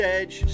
Edge